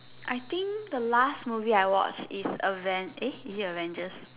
I think the last movie I watched is avenge eh is it Avengers